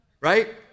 Right